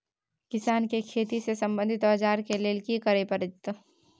किसान के खेती से संबंधित औजार के लेल की करय परत?